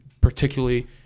particularly